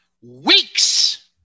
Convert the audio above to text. weeks